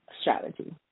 strategy